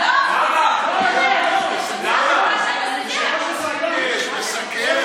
נראה שהוא עוסק כל הזמן בפעילות אחרת,